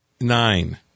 Nine